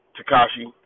Takashi